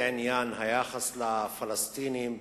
בעניין היחס לפלסטינים,